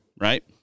right